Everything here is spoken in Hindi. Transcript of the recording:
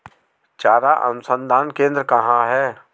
चारा अनुसंधान केंद्र कहाँ है?